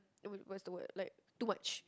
eh what what's the word like too much